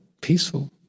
peaceful